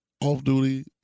off-duty